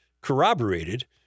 corroborated